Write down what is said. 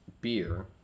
beer